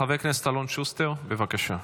חבר כנסת אלון שוסטר, בבקשה.